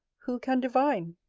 who can divine?